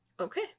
Okay